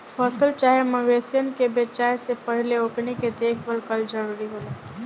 फसल चाहे मवेशियन के बेचाये से पहिले ओकनी के देखभाल कईल जरूरी होला